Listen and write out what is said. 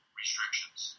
restrictions